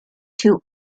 two